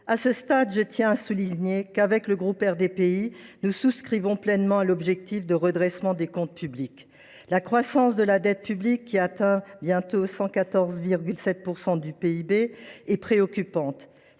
À ce stade, je tiens à souligner que le groupe RDPI souscrit pleinement à l’objectif de redressement des comptes publics. La croissance de la dette publique, qui atteindra bientôt 114,7 % du PIB, est préoccupante.